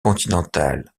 continentales